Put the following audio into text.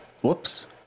Whoops